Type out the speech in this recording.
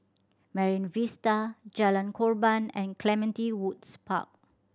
Marine Vista Jalan Korban and Clementi Woods Park